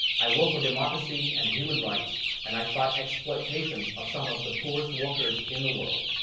i work for democracy and human rights and i fight exploitation of some of the poorest workers in the world.